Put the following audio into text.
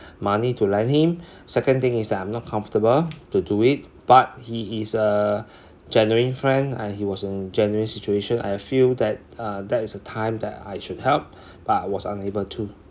money to lend him second thing is that I'm not comfortable to do it but he is a genuine friend and he was in genuine situation I feel that uh that is a time that I should help but was unable to